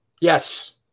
Yes